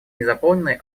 незаполненной